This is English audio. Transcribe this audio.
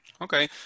Okay